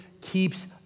keeps